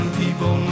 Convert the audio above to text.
people